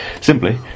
Simply